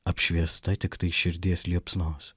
apšviesta tiktai širdies liepsnos